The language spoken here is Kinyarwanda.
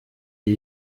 iyi